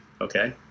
Okay